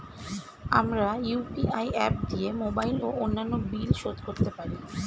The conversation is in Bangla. আমরা ইউ.পি.আই অ্যাপ দিয়ে মোবাইল ও অন্যান্য বিল শোধ করতে পারি